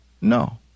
No